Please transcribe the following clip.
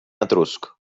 etrusc